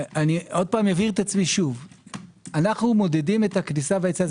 אנו מודדים את הכניסה והיציאה.